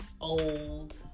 old